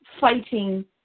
fighting